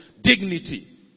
dignity